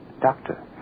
Doctor